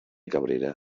cabrera